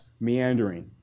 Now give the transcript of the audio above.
meandering